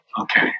Okay